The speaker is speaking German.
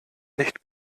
nicht